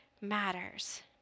matters